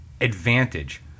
advantage